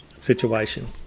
situation